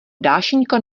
dášeňka